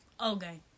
okay